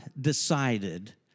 decided